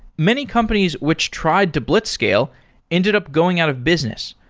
many companies which tried to blitzscale ended up going out of business,